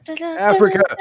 Africa